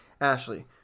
Ashley